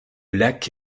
lac